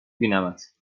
بینمت